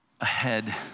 ahead